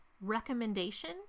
recommendation